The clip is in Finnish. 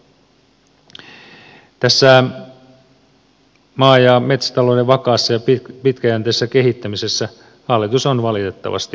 tässä maa ja metsätalouden vakaassa ja pitkäjänteisessä kehittämisessä hallitus on valitettavasti epäonnistunut